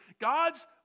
God's